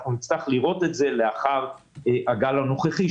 אנחנו נצטרך לראות את זה לאחר הגל הנוכחי,